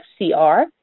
FCR